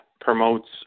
promotes